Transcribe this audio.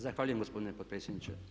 Zahvaljujem gospodine potpredsjedniče.